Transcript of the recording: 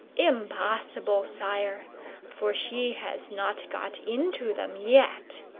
impossible, sire for she has not got into them yet.